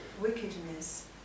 wickedness